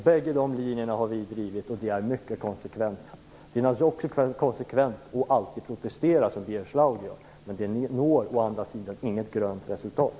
Bägge de linjerna har vi drivit, och vi är mycket konsekventa. Det är naturligtvis också konsekvent att alltid protestera, som Birger Schlaug gör. Å andra sidan når ni inget grönt resultat.